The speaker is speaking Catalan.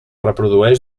reprodueix